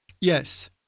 Yes